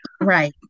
Right